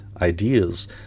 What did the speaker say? ideas